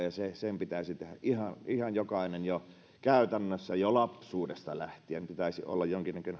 se pitäisi tehdä ihan jokaisen käytännössä jo lapsuudesta lähtien pitäisi olla